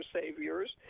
saviors